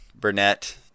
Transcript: Burnett